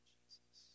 Jesus